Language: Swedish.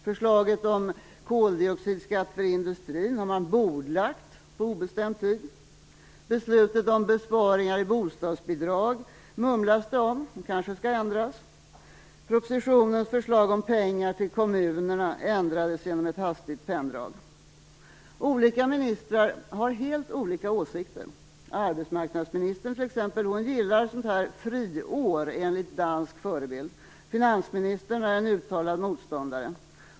Förslaget om koldioxidskatt för industrin har bordlagts på obestämd tid. Det mumlas om beslutet om besparingar i bostadsbidrag. Det kanske skall ändras. Propositionens förslag om pengar till kommunerna ändrades genom ett hastigt penndrag. Olika ministrar har helt olika åsikter. Arbetsmarknadsministern t.ex. gillar s.k. friår enligt dansk förebild; finansministern är en uttalad motståndare.